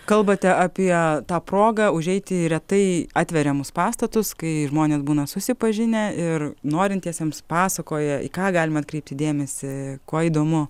kalbate apie tą progą užeiti į retai atveriamus pastatus kai žmonės būna susipažinę ir norintiesiems pasakoja į ką galima atkreipti dėmesį kuo įdomu